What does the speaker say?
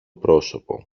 πρόσωπο